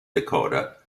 dakota